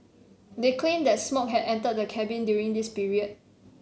they claimed that smoke had entered the cabin during this period